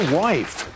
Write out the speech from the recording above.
wife